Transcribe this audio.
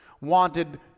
wanted